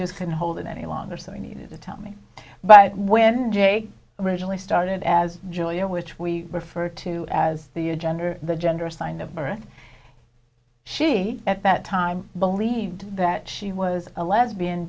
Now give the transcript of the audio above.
just couldn't hold it any longer so he needed to tell me but when jake originally started as julian which we refer to as the a gender the gender assigned a birth she at that time believed that she was a lesbian